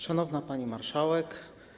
Szanowna Pani Marszałek!